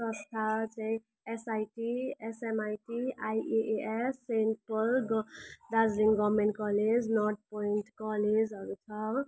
संस्था चाहिँ SIT SMIT IAAS Saint Paul ग Darjeeling government college North Point कलेजहरू छ